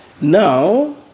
Now